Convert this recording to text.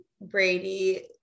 brady